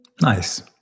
Nice